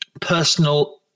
personal